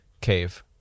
cave